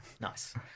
Nice